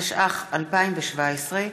התשע"ח 2017,